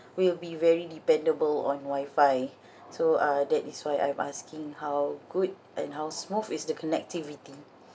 will be very dependable on wi-fi so uh that is why I'm asking how good and how smooth is the connectivity